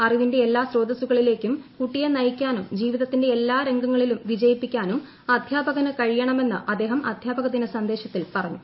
അറിവിന്റെ എല്ലാ സ്രോതസുകളിലേക്കും കുട്ടിയെ നയിക്കാനും ജീവിതത്തിന്റെ എല്ലാ രംഗങ്ങളിലും വിജയിപ്പിക്കാനും അധ്യാപകന് കഴിയണമെന്ന് അദ്ദേഹം അധ്യാപക ദിന സന്ദേശത്തിൽ പറഞ്ഞു